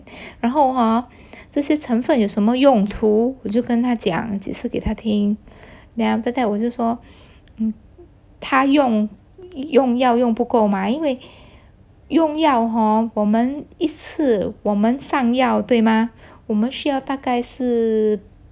然后 hor 这些成分有什么用途我就跟他讲解释给他听 then after that 我就说他用用药用不够嘛因为用药 hor 我们一次我们上药对吗我们需要大概是